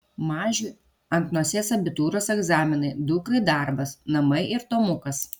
mažiui ant nosies abitūros egzaminai dukrai darbas namai ir tomukas